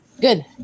Good